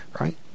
right